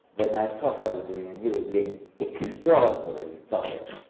when i thought i was doing, and he was being extraordinarily tolerant,